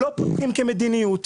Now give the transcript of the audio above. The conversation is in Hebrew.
לא פותחים כמדיניות.